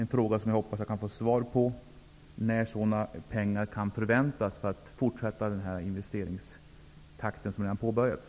Jag hoppas få svar på frågan om när sådana pengar kan förväntas.